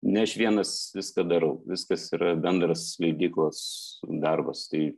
ne aš vienas viską darau viskas yra bendras leidyklos darbas tai